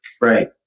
Right